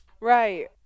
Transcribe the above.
Right